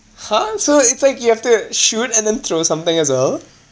!huh! so it's like you have to shoot and then throw something as well